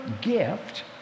gift